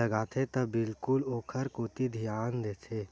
लगाथे त बिल्कुल ओखर कोती धियान देथे